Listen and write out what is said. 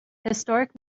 historic